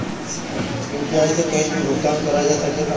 UPI से कहीं भी भुगतान कर जा सकेला?